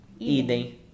Idem